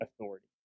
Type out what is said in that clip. authority